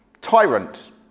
tyrant